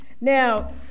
Now